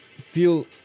feel